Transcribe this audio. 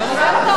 תקשיבו לחיים כץ.